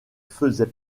faisait